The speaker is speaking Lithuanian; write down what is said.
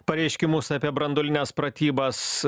pareiškimus apie branduolines pratybas